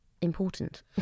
important